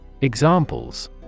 Examples